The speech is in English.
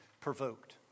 provoked